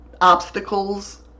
obstacles